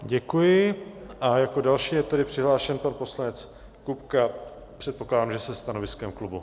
Děkuji a jako další je přihlášen pan poslanec Kupka předpokládám, se stanoviskem klubu.